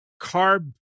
carb